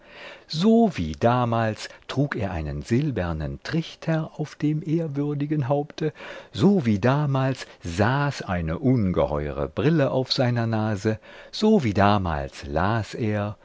so wie damals trug er einen silbernen trichter auf dem ehrwürdigen haupte so wie damals saß eine ungeheure brille auf seiner nase so wie damals las er